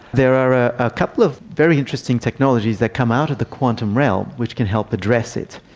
there are a ah couple of very interesting technologies that come out of the quantum realm which can help address it.